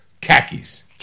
Khakis